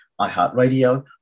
iHeartRadio